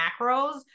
macros